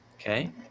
okay